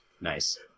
Nice